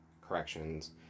corrections